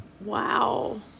Wow